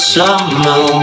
summer